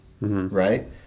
right